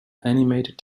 animated